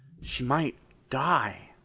she might die.